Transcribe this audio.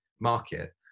market